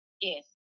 Yes